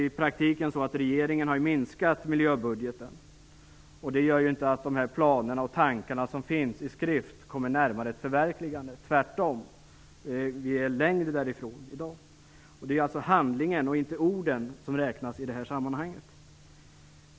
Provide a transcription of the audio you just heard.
I praktiken har regeringen minskat miljöbudgeten, och det gör ju inte att de planer och tankar som finns i skrift kommer närmare ett förverkligande. Vi är tvärtom längre därifrån i dag. Det är alltså handlingen och inte orden som räknas i det här sammanhanget.